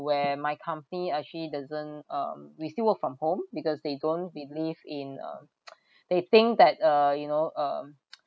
where my company actually doesn't um we still work from home because they don't believe in uh they think that uh you know um